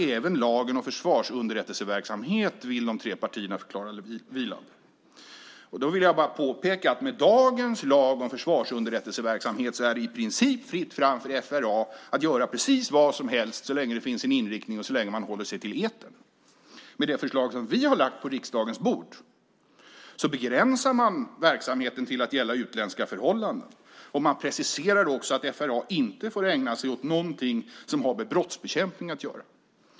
Även lagen om försvarsunderrättelseverksamhet vill de tre partierna förklara vilande. Jag vill bara påpeka att med dagens lag om försvarsunderrättelseverksamhet är det i princip fritt fram för FRA att göra precis vad som helst så länge det finns en inriktning och så länge man håller sig till etern. Med det förslag som vi har lagt på riksdagens bord begränsar man verksamheten till att gälla utländska förhållanden, och man preciserar också att FRA inte får ägna sig åt någonting som har med brottsbekämpning att göra.